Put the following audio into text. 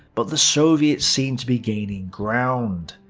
but the soviets seemed to be gaining ground.